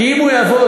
כי אם הוא יעבוד,